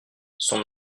son